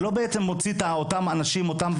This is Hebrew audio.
זה לא בעצם מוציא את אותם ונדליסטים